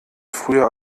früher